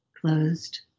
closed